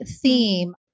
theme